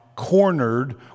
cornered